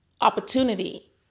opportunity